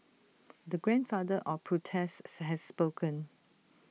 the grandfather of protests has spoken